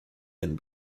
and